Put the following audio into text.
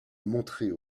montrer